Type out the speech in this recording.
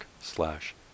slash